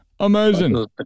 Amazing